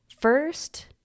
First